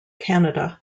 canada